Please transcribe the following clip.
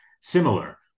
similar